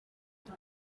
jean